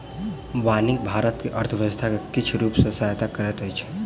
वानिकी भारत के अर्थव्यवस्था के किछ रूप सॅ सहायता करैत अछि